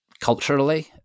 culturally